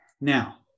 Now